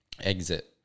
exit